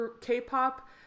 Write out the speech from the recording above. K-pop